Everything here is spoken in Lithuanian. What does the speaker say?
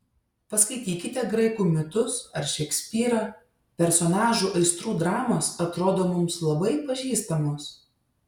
paskaitykite graikų mitus ar šekspyrą personažų aistrų dramos atrodo mums labai pažįstamos